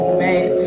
man